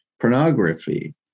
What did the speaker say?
Pornography